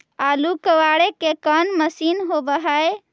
आलू कबाड़े के कोन मशिन होब है?